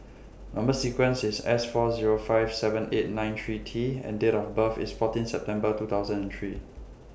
Number sequence IS S four Zero five seven eight nine three T and Date of birth IS fourteen September two thousand and three